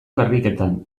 karriketan